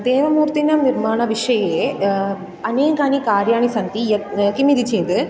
देवमूर्तीनां निर्माणविषये अनेकानि कार्याणि सन्ति यत् किमिति चेद्